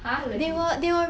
!huh! legit